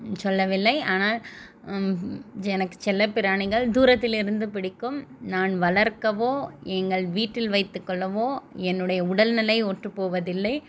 சொல்லவில்லை ஆனால் எனக்கு செல்ல பிராணிகள் தூரத்திலிருந்து பிடிக்கும் நான் வளர்க்கவோ எங்கள் வீட்டில் வைத்து கொள்ளவோ என்னுடைய உடல்நிலை ஒத்து போவதில்லை